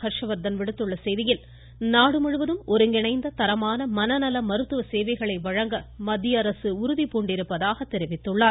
ஹர்ஷவர்த்தன் விடுத்துள்ள செய்தியில் நாடு முழுவதும் ஒருங்கிணைந்த தரமான மனநல முமுத்துவ சேவைகளை வழங்க மத்திய அரசு உறுதி பூண்டிருப்பதாக தெரிவித்துள்ளார்